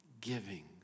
giving